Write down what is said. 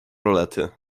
rolety